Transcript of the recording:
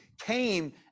came